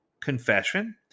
confession